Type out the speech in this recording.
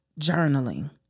journaling